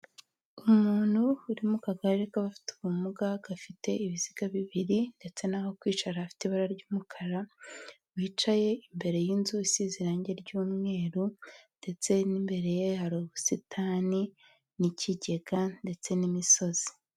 Umuntu uri mu kagari k'abafite ubumuga gafite ibiziga bibiri ndetse n'aho kwicara hafite ibara ry'umukara, wicaye imbere y'inzu isize irangi ry'umweru ndetse n'imbere ye hari ubusitani n'ikigega ndetse n'imisozi.